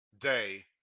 day